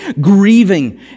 Grieving